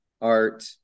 art